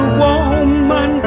woman